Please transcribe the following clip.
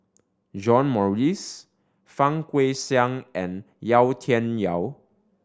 John Morrice Fang Guixiang and Yau Tian Yau